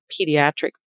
pediatric